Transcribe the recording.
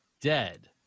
dead